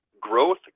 growth